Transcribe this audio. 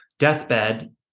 Deathbed